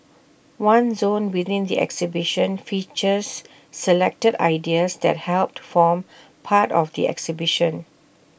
one zone within the exhibition features selected ideas that helped form part of the exhibition